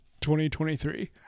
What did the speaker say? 2023